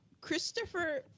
Christopher